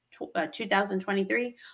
2023